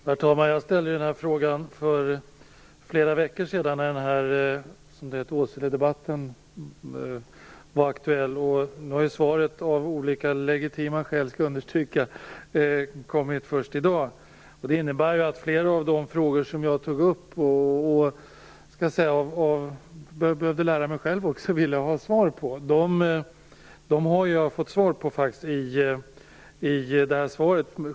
Herr talman! Jag ställde den här frågan för flera veckor sedan, när Åseledebatten var aktuell. Svaret har av legitima skäl - det vill jag understryka - kommit först i dag. Det innebär att flera av de frågor som jag tog upp och som jag behövde lära mig något om har jag fått svar på i frågesvaret.